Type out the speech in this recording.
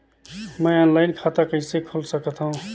मैं ऑनलाइन खाता कइसे खोल सकथव?